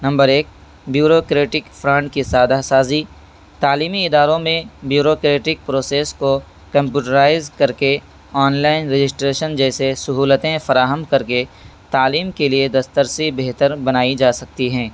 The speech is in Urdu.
نمبر ایک بیوروکریٹک فرنٹ کی سادہ سازی تعلیمی اداروں میں بیوروکریٹک پروسز کو کمپیوٹرائزڈ کر کے آنلائن رجسٹریشن جیسے سہولتیں فراہم کر کے تعلیم کے لیے دسترسی بہتر بنائی جا سکتی ہے